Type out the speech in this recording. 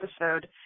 episode